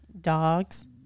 dogs